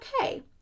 okay